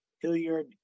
Hilliard